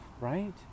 right